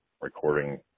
recording